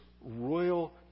royal